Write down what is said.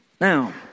Now